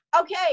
Okay